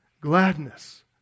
gladness